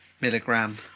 milligram